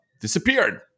disappeared